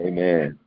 Amen